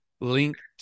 linked